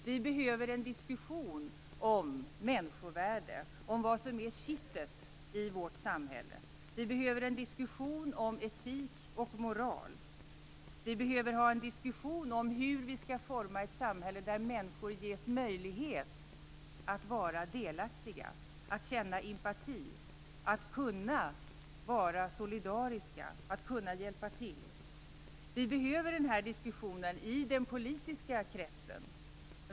Vi behöver en diskussion om människovärde, om vad som är kittet i vårt samhälle. Vi behöver en diskussion om etik och moral. Vi behöver en diskussion om hur vi skall forma ett samhälle där människor ges möjlighet att vara delaktiga, att känna empati, att vara solidariska, att hjälpa till. Vi behöver den här diskussionen i den politiska kretsen.